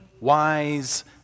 wise